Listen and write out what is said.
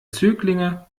zöglinge